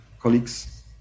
colleagues